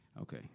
okay